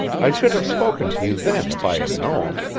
i should have spoken to you then if i had known.